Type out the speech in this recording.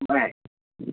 ꯚꯥꯏ